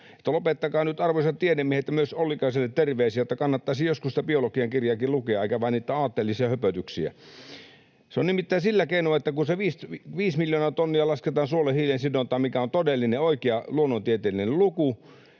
lopettakaa nyt, arvoisat tiedemiehet, ja myös Ollikaiselle terveisiä, että kannattaisi joskus sitä biologian kirjaakin lukea eikä vain niitä aatteellisia höpötyksiä. Se on nimittäin sillä keinoin, että kun se viisi miljoonaa tonnia lasketaan suolle hiilen sidontaa, mikä on todellinen, oikea luonnontieteellinen luku,